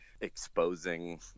exposing